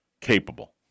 capable